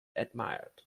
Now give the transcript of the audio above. admired